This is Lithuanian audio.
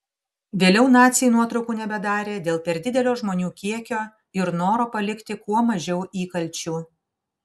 vėliau naciai nuotraukų nebedarė dėl per didelio žmonių kiekio ir noro palikti kuo mažiau įkalčių